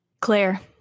Claire